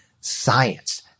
science